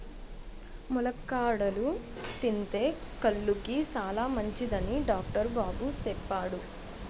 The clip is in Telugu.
ములక్కాడలు తింతే కళ్ళుకి సాలమంచిదని డాక్టరు బాబు సెప్పాడు